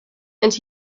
and